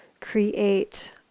create